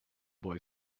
boy